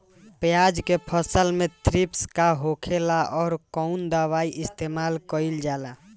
प्याज के फसल में थ्रिप्स का होखेला और कउन दवाई इस्तेमाल कईल जाला?